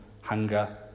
hunger